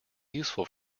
useful